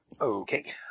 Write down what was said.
Okay